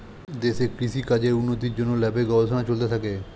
দেশে কৃষি কাজের উন্নতির জন্যে ল্যাবে গবেষণা চলতে থাকে